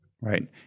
right